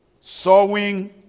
Sowing